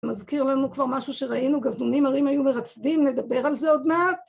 מזכיר לנו כבר משהו שראינו, גבנונים הרים היו מרצדים, נדבר על זה עוד מעט?